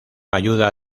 ayuda